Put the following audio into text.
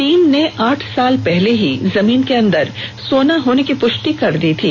team ने आठ साल पहले ही जमीन के अंदर सोना होने की पुष्टि कर दी थी